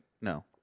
No